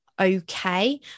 okay